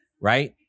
right